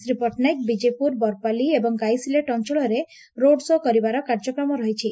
ଶ୍ରୀ ପଟ୍ଟନାୟକ ବିଜେପୁର ବରପାଲି ଏବଂ ଗାଇସିଲେଟ୍ ଅଞ୍ଚଳରେ road show କରିବାର କାର୍ଯ୍ୟକ୍ରମ ରହିଛି